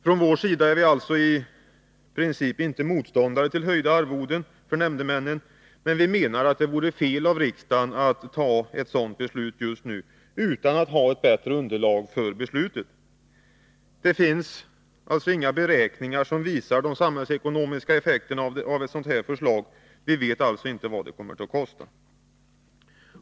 Från vår sida är vi alltså i princip inte motståndare till höjda arvoden för nämndemännen, men vi menar att det vore felaktigt av riksdagen att fatta ett sådant beslut just nu, utan att ha bättre underlag för beslutet. Det finns alltså inga beräkningar som visar de samhällsekonomiska effekterna av ett sådant här förslag. Vi vet alltså inte vad det kommer att kosta.